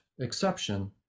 exception